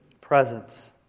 presence